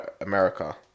America